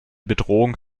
bedrohung